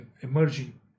emerging